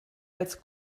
als